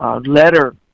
letter